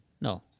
No